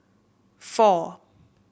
four